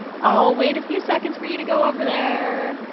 i'll wait a few seconds for you to go over there.